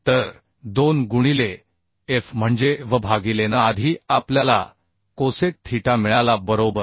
तर 2 गुणिले F म्हणजे V भागिले N आधी आपल्याला कोसेक थीटा मिळाला बरोबर